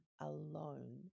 alone